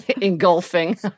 engulfing